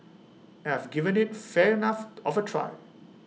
and I've given IT fair enough of A try